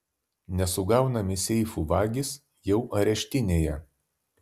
nesugaunami seifų vagys jau areštinėje